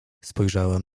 spojrzałem